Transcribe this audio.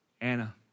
Anna